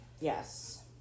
Yes